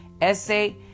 essay